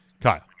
Kyle